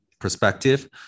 perspective